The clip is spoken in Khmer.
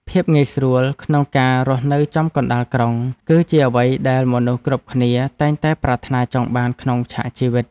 ភាពងាយស្រួលក្នុងការរស់នៅចំកណ្តាលក្រុង គឺជាអ្វីដែលមនុស្សគ្រប់គ្នាតែងតែប្រាថ្នាចង់បានក្នុងឆាកជីវិត។